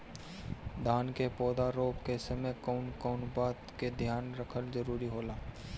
धान के पौधा रोप के समय कउन कउन बात के ध्यान रखल जरूरी होला?